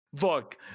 Look